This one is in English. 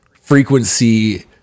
frequency